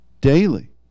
daily